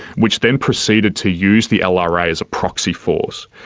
which then proceeded to use the lra as a proxy force.